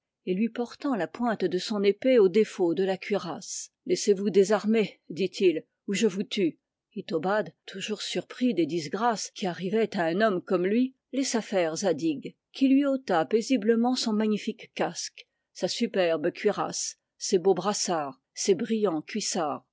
et lui portant la pointe de son épée au défaut de la cuirasse laissez-vous désarmer dit-il ou je vous tue itobad toujours surpris des disgrâces qui arrivaient à un homme comme lui laissa faire zadig qui lui ôta paisiblement son magnifique casque sa superbe cuirasse ses beaux brassards ses brillants cuissards